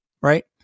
Right